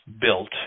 built